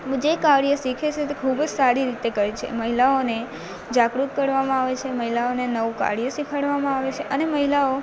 જે કાર્ય શીખે છે તે ખૂબ જ સારી રીતે કરે છે મહિલાઓને જાગૃત કરવામાં આવે છે મહિલાઓને નવું કાર્ય શિખવાડવામાં આવે છે અને મહિલાઓ